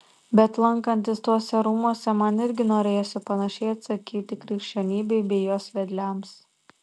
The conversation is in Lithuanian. bet lankantis tuose rūmuose man irgi norėjosi panašiai atsakyti krikščionybei bei jos vedliams